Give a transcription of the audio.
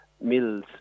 mills